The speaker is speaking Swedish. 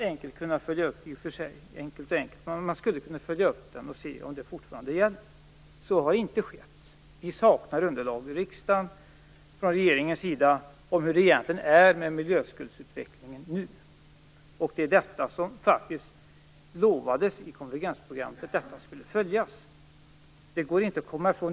Den skulle man kunna följa upp och se om den fortfarande gäller. Så har inte skett. Vi saknar underlag i riksdagen från regeringens sida om hur det egentligen är med miljöskuldsutvecklingen nu. I konvergensprogrammet lovade man faktiskt att detta skulle följas. Det går inte att komma ifrån.